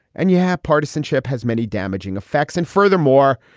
and you have. partisanship has many damaging effects. and furthermore,